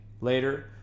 later